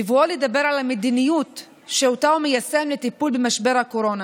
בבואו לדבר על המדיניות שאותה הוא מיישם לטיפול במשבר הקורונה